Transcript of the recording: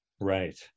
Right